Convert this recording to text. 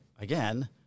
again